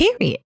Period